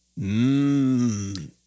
Mmm